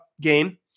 game